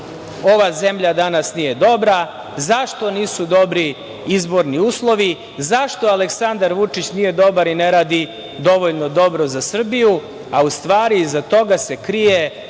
ova zemlja danas nije dobra, zašto nisu dobri izborni uslovi, zašto Aleksandar Vučić nije dobar i ne radi dovoljno dobro za Srbiju. U stvari, iza toga se krije